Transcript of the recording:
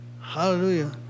Hallelujah